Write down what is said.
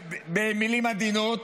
במילים עדינות,